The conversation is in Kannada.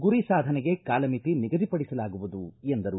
ಗುರಿ ಸಾಧನೆಗೆ ಕಾಲಮಿತಿ ನಿಗದಿ ಪಡಿಸಲಾಗುವುದು ಎಂದರು